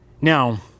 now